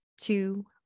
two